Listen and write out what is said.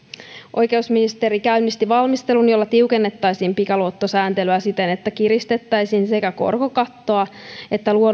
oikeusministeri käynnisti valmistelun jolla tiukennettaisiin pikaluottosääntelyä siten että kiristettäisiin sekä korkokattoa että